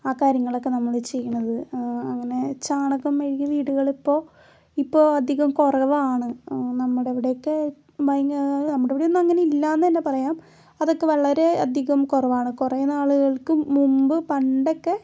ആ കാര്യങ്ങളൊക്കെ നമ്മള് ചെയ്യണത് അങ്ങനെ ചാണകം മെഴുകിയ വീടുകളിപ്പോൾ ഇപ്പോൾ അധികം കുറവാണ് നമ്മുടെ ഇവിടെ ഒക്കെ അതിന് നമ്മുടെ ഇവിടെ ഒന്നും അങ്ങനെ ഇല്ല എന്ന് തന്നെ പറയാം അതൊക്കെ വളരെ അധികം കുറവാണ് കുറെ നാളുകൾക്ക് മുമ്പ് പണ്ടൊക്കെ